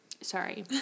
Sorry